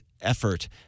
effort